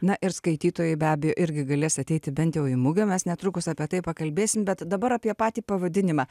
na ir skaitytojai be abejo irgi galės ateiti bent jau į mugę mes netrukus apie tai pakalbėsim bet dabar apie patį pavadinimą